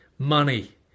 Money